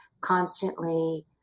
constantly